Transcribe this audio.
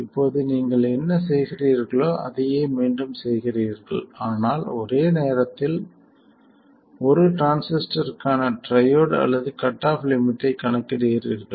இப்போது நீங்கள் என்ன செய்கிறீர்களோ அதையே மீண்டும் செய்கிறீர்கள் ஆனால் ஒரே நேரத்தில் ஒரு டிரான்சிஸ்டருக்கான ட்ரையோட் அல்லது கட் ஆஃப் லிமிட்டைக் கணக்கிடுகிறீர்கள்